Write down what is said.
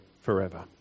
forever